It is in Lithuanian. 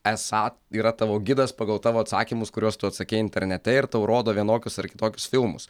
esą yra tavo gidas pagal tavo atsakymus kuriuos tu atsakei internete ir tau rodo vienokius ar kitokius filmus